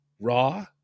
raw